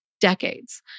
decades